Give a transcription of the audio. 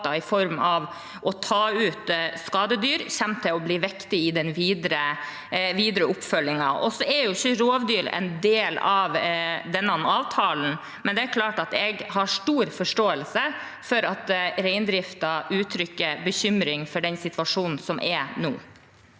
i form av å ta ut skadedyr, kommer til å bli viktig i den videre oppfølgingen. Rovdyr er jo ikke en del av denne avtalen, men det er klart at jeg har stor forståelse for at reindriften uttrykker bekymring for den situasjonen som er nå.